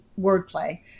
wordplay